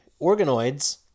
organoids